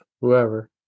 whoever